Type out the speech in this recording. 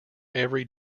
every